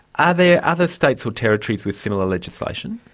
other other states or territories with similar legislation?